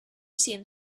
seemed